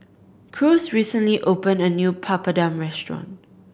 Cruz recently opened a new Papadum restaurant